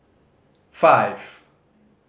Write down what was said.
five